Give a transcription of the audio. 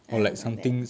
ah like that